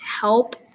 help